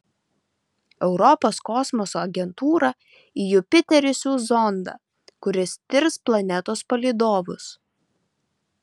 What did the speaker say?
europos kosmoso agentūra į jupiterį siųs zondą kuris tirs planetos palydovus